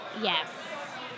Yes